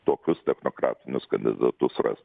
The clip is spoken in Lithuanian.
tokius technokratinius kandidatus rast